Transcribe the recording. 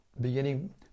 beginning